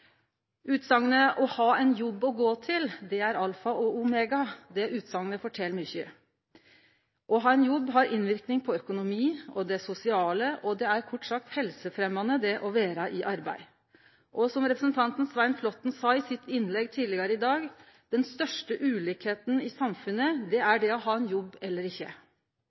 det å ha ein jobb å gå til er alfa og omega, fortel mykje. Å ha ein jobb har innverknad på økonomi og det sosiale. Det er kort sagt helsefremjande å vere i arbeid. Som representanten Svein Flåtten sa i innlegget sitt tidlegare i dag: Den største ulikheita i samfunnet er å ha ein jobb eller ikkje.